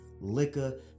Liquor